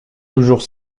toujours